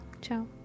ciao